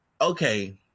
okay